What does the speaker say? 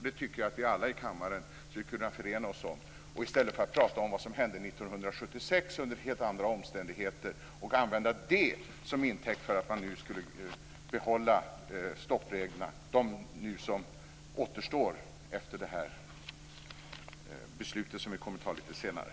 Det borde vi alla i kammaren kunna förena oss om i stället för att prata om det som under helt andra omständigheter hände 1976 och använda detta som intäkt för att man nu ska behålla de stoppregler som återstår efter det beslut som vi kommer att fatta lite senare.